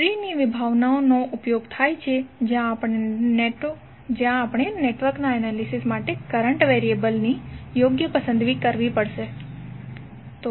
tree ની વિભાવનાનો ઉપયોગ થાય છે જ્યા આપણે નેટવર્કના એનાલિસિસ માટે કરંટ વેરીએબલની યોગ્ય પસંદગી કરવી પડશે